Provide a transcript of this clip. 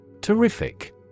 Terrific